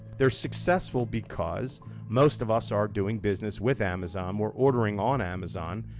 they're successful because most of us are doing business with amazon. we're ordering on amazon.